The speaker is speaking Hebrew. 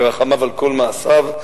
ורחמיו על כל מעשיו,